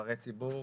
נבחרי ציבור,